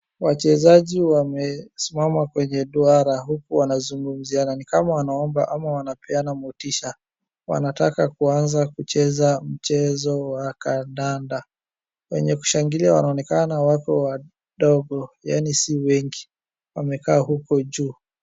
Wachezaji wamesimama kwenye duara huku wanazungumziana ni kama wanaomba ama wanapeana motisha. Wanataka kuanza kucheza mchezo wa kandanda. Wenye kushangilia wanaonekana ni watu wadogo yaani si wengi wamekaa huko juu.